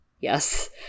Yes